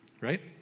Right